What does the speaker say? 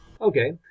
Okay